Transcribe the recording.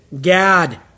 Gad